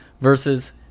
versus